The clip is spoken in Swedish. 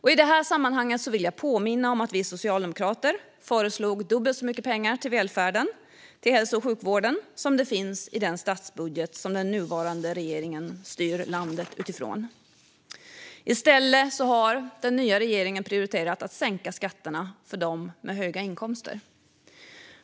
I det här sammanhanget vill jag påminna om att vi socialdemokrater föreslog dubbelt så mycket pengar till välfärden och hälso och sjukvården som det finns i den statsbudget som den nuvarande regeringen styr landet utifrån. I stället har den nya regeringen prioriterat att sänka skatterna för dem med höga inkomster.